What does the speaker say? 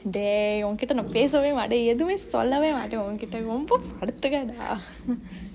dey உன்கிட்ட பேசவேமாட்டெ எதுவுமே சொல்லவெ மாட்ட உன்கிட்ட ரொம்ப படுத்துரெடா:unkitte pesavey maate ethuvumey solleve maate unkitte rombe paduthuredaa